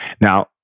Now